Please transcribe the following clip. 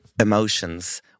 emotions